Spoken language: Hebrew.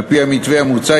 על-פי המתווה המוצע,